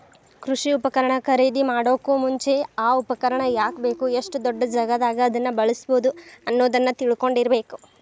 ಕೃಷಿ ಉಪಕರಣ ಖರೇದಿಮಾಡೋಕು ಮುಂಚೆ, ಆ ಉಪಕರಣ ಯಾಕ ಬೇಕು, ಎಷ್ಟು ದೊಡ್ಡಜಾಗಾದಾಗ ಅದನ್ನ ಬಳ್ಸಬೋದು ಅನ್ನೋದನ್ನ ತಿಳ್ಕೊಂಡಿರಬೇಕು